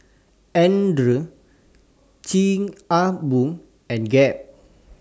Andre Chic A Boo and Gap